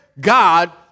God